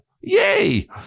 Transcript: Yay